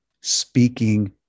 speaking